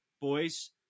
boys